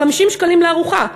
50 שקלים לארוחה,